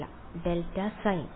വിദ്യാർത്ഥി delta sign